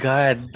God